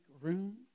room